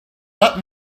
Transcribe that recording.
lot